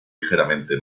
ligeramente